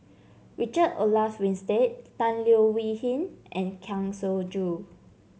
Richard Olaf Winstedt Tan Leo Wee Hin and Kang Siong Joo